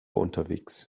unterwegs